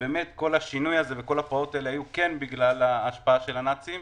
ואכן כל השינוי הזה וכל הפרעות האלה היו בגלל השפעת הנאצים,